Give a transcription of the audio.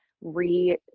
re